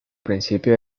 principio